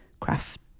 craft